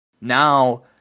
now